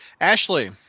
Ashley